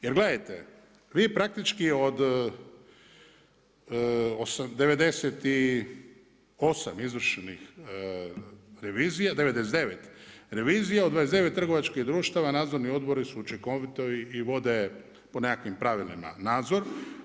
Jer gledajte, vi praktički od 98 izvršenih revizija, 99 revizija, 99 trgovačkih društava nadzorni odbori su učinkoviti i vode po nekakvim pravilima nadzor.